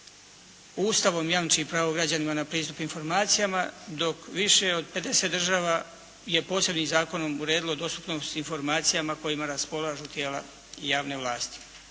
Ustavom jamči pravo građanima na pristup informacijama dok više od 50 država je posebnim zakonom uredilo dostupnost informacijama kojima raspolažu tijela javne vlasti.